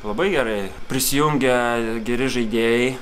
labai gerai prisijungia geri žaidėjai